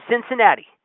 Cincinnati